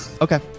okay